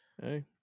Hey